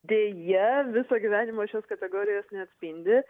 deja viso gyvenimo šios kategorijos neatspindi